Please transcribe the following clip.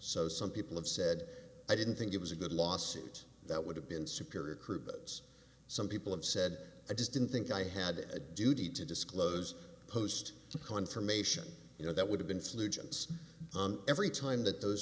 so some people have said i didn't think it was a good lawsuit that would have been superior crudes some people have said i just didn't think i had a duty to disclose post confirmation you know that would have been solutions every time that those